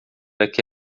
aqui